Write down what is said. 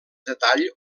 detall